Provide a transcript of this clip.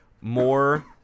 more